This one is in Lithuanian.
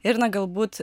ir na galbūt